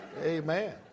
amen